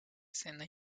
escena